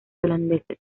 holandeses